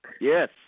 Yes